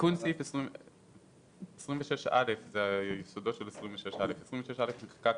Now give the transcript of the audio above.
סעיף 26א נחקק